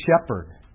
shepherd